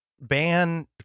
ban